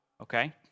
okay